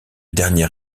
dernier